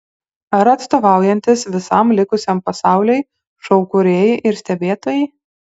ar atstovaujantys visam likusiam pasauliui šou kūrėjai ir stebėtojai